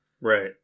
right